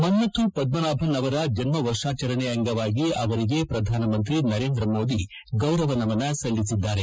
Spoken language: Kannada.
ಮನ್ನಥು ಪದ್ಗನಾಭನ್ ಅವರ ಜನ್ನವರ್ಷಾಚರಣೆ ಅಂಗವಾಗಿ ಅವರಿಗೆ ಪ್ರಧಾನಮಂತ್ರಿ ನರೇಂದ್ರ ಮೋದಿ ಗೌರವ ನಮನ ಸಲ್ಲಿಸಿದ್ದಾರೆ